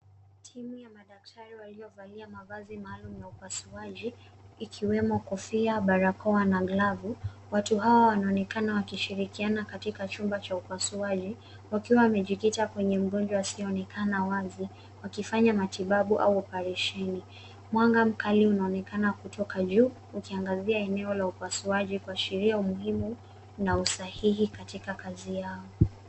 Timu ya madaktari waliovalia mavazi maalum ya upasuaji ikiwemo kofia, barakoa na glavu. Watu hawa wanaonekana wakishirikiana katika chumba cha upasuaji wakiwa wamejikita kwenye mgonjwa asiyeonekana wazi wakifanya matibabu au operesheni. Mwanga mkali unaonekana kutoka juu ukiangazia eneo la upasuaji kuashiria umuhimu na usahihi katika kazi yao.